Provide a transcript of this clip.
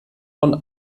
von